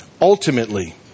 ultimately